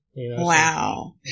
Wow